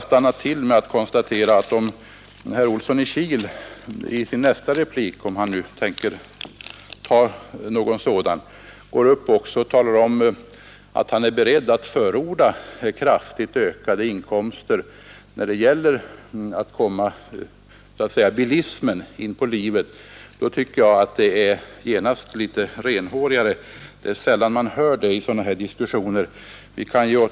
Om herr Olsson i sin nästa replik — om han tänker begära ordet igen —- också talar om att han är beredd att förorda kraftigt ökade utgifter för bilismen vore det genast litet renhårigare. Det är sällan man hör sådant i diskussioner om dessa frågor.